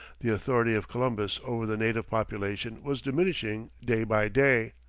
the authority of columbus over the native population was diminishing day by day,